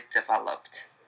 developed